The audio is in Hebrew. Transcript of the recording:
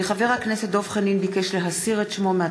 כי הונחו היום על שולחן הכנסת,